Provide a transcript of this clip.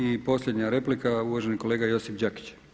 I posljednja replika, uvaženi kolega Josip Đakić.